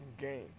game